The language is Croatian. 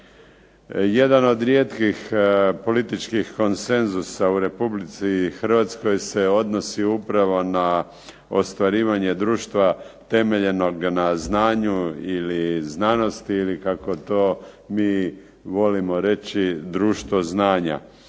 Jedan od rijetkih političkih konsenzusa u Republici Hrvatskoj se odnosi upravo na ostvarivanje društva temeljenog na znanju ili znanosti, ili kako to mi volimo reći društvo znanja